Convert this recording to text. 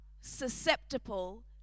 susceptible